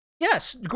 Yes